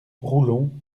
roulon